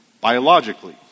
biologically